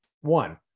one